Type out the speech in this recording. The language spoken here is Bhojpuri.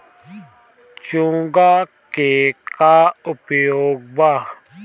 चोंगा के का उपयोग बा?